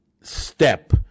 step